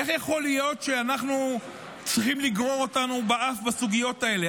איך יכול להיות שצריך לגרור אותנו באף בנושאים האלה?